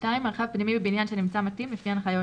(2) מרחב פנימי בבניין שנמצא מתאים לפי הנחיות